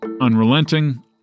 unrelenting